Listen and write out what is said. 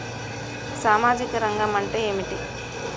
సామాజిక రంగం అంటే ఏమిటి?